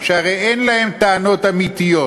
שהרי אין להם טענות אמיתיות.